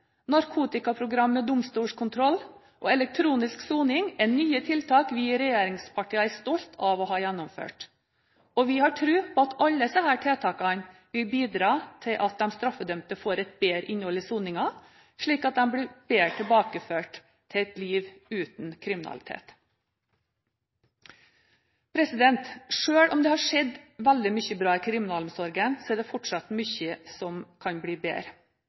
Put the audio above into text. narkotikaprogram med domstolskontroll og elektronisk soning er nye tiltak vi i regjeringspartiene er stolte av å ha gjennomført. Og vi har tro på at alle disse tiltakene vil bidra til at de straffedømte får et bedre innhold i soningen, slik at de bedre blir tilbakeført til et liv uten kriminalitet. Sjøl om det har skjedd veldig mye bra i kriminalomsorgen, er det fortsatt mye som kan bli bedre.